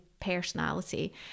personality